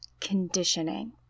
conditioning